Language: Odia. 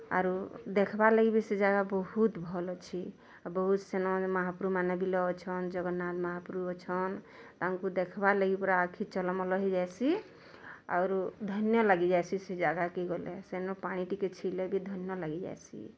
ଆରୁ ଦେଖ୍ବାର୍ ଲାଗି ବେଶୀ ଜାଗା ବହୁତ୍ ଭଲ୍ ଅଛି ବହୁତ୍ ସେନ୍ ମହାପ୍ରଭୁ ମାନେ ବିଲ୍ ଅଛନ୍ ଜଗନ୍ନାଥ ମହାପ୍ରଭୁ ଅଛନ୍ ତାଙ୍କୁ ଦେଖ୍ବାର୍ ଲାଗି ପୁରା ଆଖି ଛଲ୍ମଲ୍ ହେଇଯାଏସି ଆଉରୁ ଧନ୍ୟ ଲାଗି ଯାଏସିଁ ସେ ଜାଗା କି ଗଲେ ସେନ୍ ପାଣି ଟିକେ ଛି ଲେ ବି ଧନ୍ୟ ଲାଗି ଯାଏସିଁ